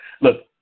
look